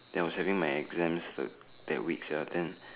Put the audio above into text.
and I was having my exams the that week sia then